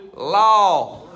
law